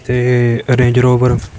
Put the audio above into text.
ਅਤੇ Range Rover